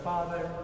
Father